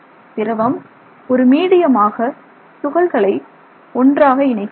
திரவம் ஒரு மீடியமாக துகள்களை ஒன்றாக இணைக்கிறது